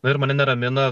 ir mane neramina